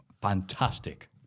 Fantastic